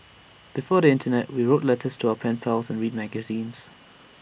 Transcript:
before the Internet we wrote letters to our pen pals and read magazines